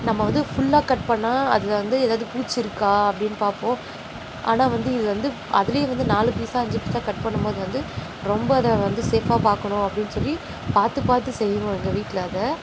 நம்ம வந்து ஃபுல்லாக கட் பண்ணால் அதில் வந்து எதாவது பூச்சி இருக்கா அப்படின் பார்ப்போம் ஆனால் வந்து இது வந்து அதுலேயே வந்து நாலு பீஸாக அஞ்சு பீஸாக கட் பண்ணும்போது வந்து ரொம்ப அதை வந்து சேஃபாக பார்க்கணும் அப்படின் சொல்லி பார்த்து பார்த்து செய்வோம் எங்கள் வீட்டில் அதை